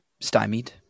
stymied